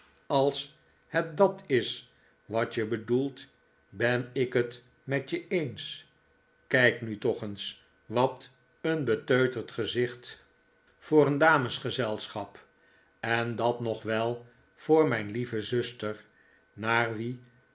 als het dat is wat je bedoelt ben ik het met je eens kijk nu toch eens wat een beteuterd gezicht voor een damesgezelschap en dat nog wel voor mijn lieve zuster naar wie